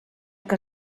que